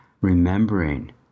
remembering